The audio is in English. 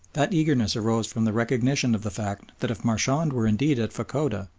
that eagerness arose from the recognition of the fact that if marchand were indeed at fachoda,